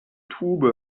tube